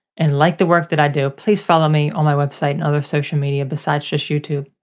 and like the work that i do, please follow me on my website and other social media besides just youtube.